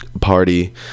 party